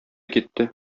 китте